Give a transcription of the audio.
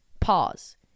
pause